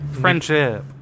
Friendship